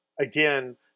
again